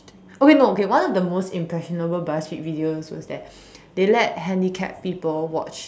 okay no okay one of the most impressionable Buzzfeed videos was that they let handicapped people watch